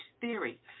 theory